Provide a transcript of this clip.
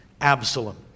Absalom